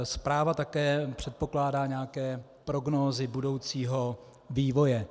Zpráva také předpokládá nějaké prognózy budoucího vývoje.